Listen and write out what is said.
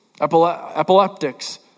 epileptics